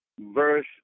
verse